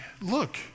look